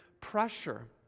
pressure